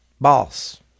boss